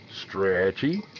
stretchy